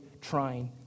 trying